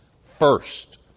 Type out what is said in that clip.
First